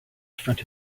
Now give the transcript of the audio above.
front